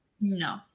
no